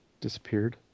disappeared